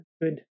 good